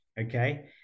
Okay